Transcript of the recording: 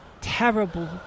terrible